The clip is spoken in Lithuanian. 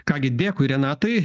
ką gi dėkui renatai